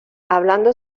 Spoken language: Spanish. hablando